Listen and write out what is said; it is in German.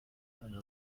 eine